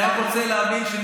אני רק רוצה להבין.